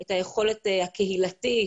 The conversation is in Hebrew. את היכולת הקהילתית